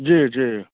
जी जी